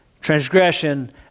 transgression